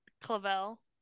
Clavel